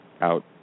out